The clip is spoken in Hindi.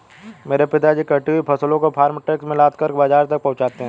मेरे पिताजी कटी हुई फसलों को फार्म ट्रक में लादकर बाजार तक पहुंचाते हैं